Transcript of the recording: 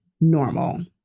normal